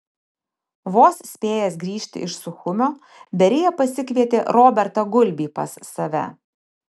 vos spėjęs grįžti iš suchumio berija pasikvietė robertą gulbį pas save